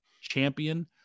champion